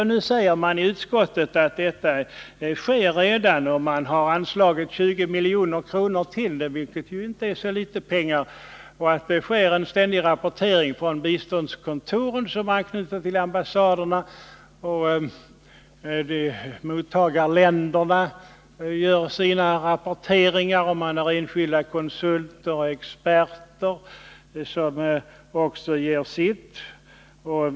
Det sägs i utskottsbetänkandet att detta redan sker, och man har föreslagit 20 milj.kr. till det, vilket ju inte är så litet pengar. Man nämner att det sker en ständig rapportering från biståndskontoren som är knutna till ambassaderna. Mottagarländerna gör sina rapporteringar, och man har enskilda konsulter och experter som också ger sina rapporter.